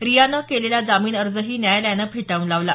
रियानं केलेला जामीन अर्जही न्यायालयानं फेटाळून लावला